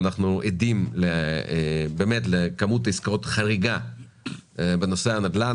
אנחנו עדים לכמות עסקאות חריגה בנושא הנדל"ן,